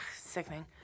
sickening